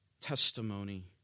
testimony